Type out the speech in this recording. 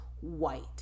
white